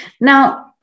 Now